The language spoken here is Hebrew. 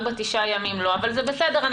אבל זה בסדר,